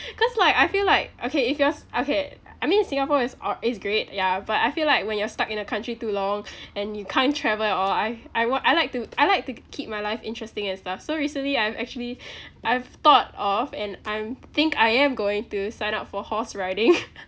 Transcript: cause like I feel like okay if it was okay I mean singapore is or is great ya but I feel like when you're stuck in a country too long and you can't travel at all I I what I like to I like to k~ keep my life interesting and stuff so recently I've actually I've thought of and I'm think I am going to sign up for horse riding